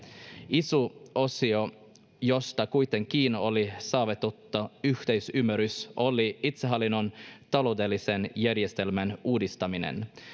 iso osio josta kuitenkin oli saavutettu yhteisymmärrys oli itsehallinnon taloudellisen järjestelmän uudistaminen